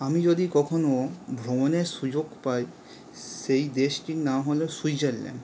আমি যদি কখনো ভ্রমণের সুযোগ পাই সেই দেশটির নাম হল সুইজারল্যান্ড